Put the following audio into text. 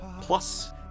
Plus